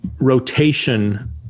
rotation